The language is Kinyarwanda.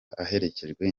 aherekejwe